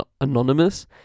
anonymous